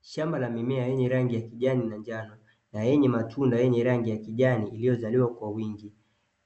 Shamba la mimea lenye rangi ya kijani na njano, na yenye matunda yenye rangi ya kijani iliyozaliwa kwa wingi,